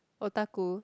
otaku